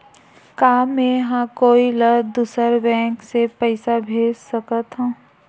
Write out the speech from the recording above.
का मेंहा कोई ला दूसर बैंक से पैसा भेज सकथव?